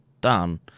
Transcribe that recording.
done